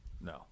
no